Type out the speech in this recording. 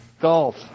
Golf